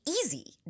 easy